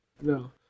No